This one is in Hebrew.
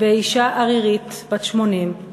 באישה ערירית בת 80,